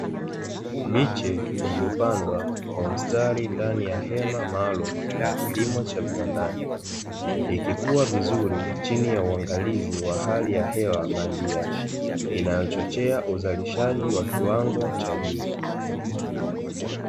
Miche iliyopandwa kwa mstari ndani ya hema maalumu la kilimo cha viwandani, ikikua vizuri chini ya uangalizi wa hali ya hewa bandia, inayochochea uzalishaji wa kiwango cha juu.